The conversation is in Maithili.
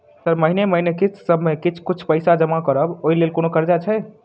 सर महीने महीने किस्तसभ मे किछ कुछ पैसा जमा करब ओई लेल कोनो कर्जा छैय?